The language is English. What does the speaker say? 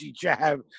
jab